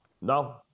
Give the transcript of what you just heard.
No